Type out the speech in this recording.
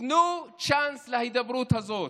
תנו צ'אנס להידברות הזאת.